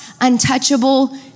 untouchable